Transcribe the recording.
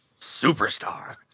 superstar